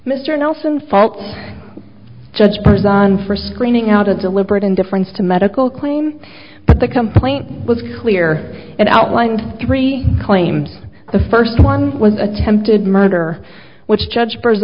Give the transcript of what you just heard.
mr nelson faults judge prison for screening out of deliberate indifference to medical claims but the complaint was clear and outlined three claims the first one was attempted murder which judge